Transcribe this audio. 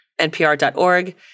npr.org